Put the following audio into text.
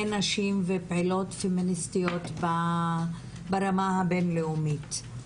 נשים ופעילות פמיניסטיות ברמה הבין-לאומית.